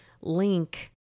link